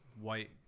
white